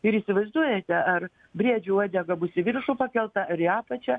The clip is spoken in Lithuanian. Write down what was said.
ir įsivaizduojate ar briedžio uodega bus į viršų pakelta ar į apačią